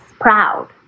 proud